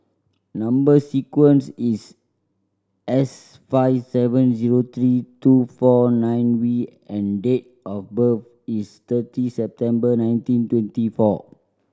number sequence is S five seven zero three two four nine V and date of birth is thirty September nineteen twenty four